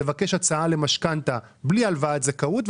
תבקש הצעה למשכנתא בלי הלוואת זכאות,